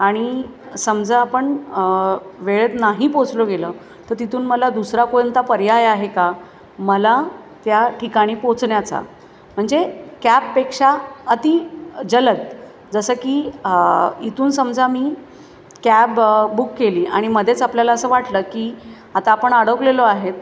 आणि समजा आपण वेळेत नाही पोहोचलो गेलं तर तिथून मला दुसरा कोणता पर्याय आहे का मला त्या ठिकाणी पोहोचण्याचा म्हणजे कॅबपेक्षा अति जलद जसं की इथून समजा मी कॅब बुक केली आणि मधेच आपल्याला असं वाटलं कि आता आपण अडकलेलो आहे